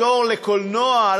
בתור לקולנוע,